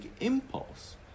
impulse